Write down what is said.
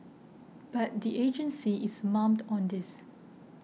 but the agency is mum on this